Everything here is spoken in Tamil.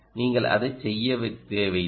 நீங்கள் அதை செய்ய தேவையில்லை